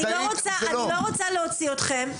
אני לא רוצה להוציא אתכם.